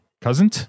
cousin